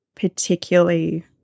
particularly